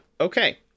Okay